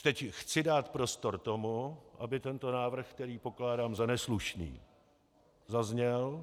Teď chci dát prostor tomu, aby tento návrh, který pokládám za neslušný, zazněl.